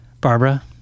Barbara